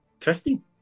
Christine